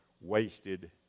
wasted